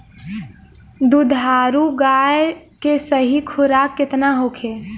दुधारू गाय के सही खुराक केतना होखे?